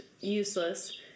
useless